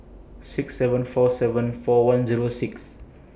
six seven four seven four one Zero six